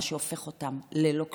מה שהופך אותם ללא כשרים.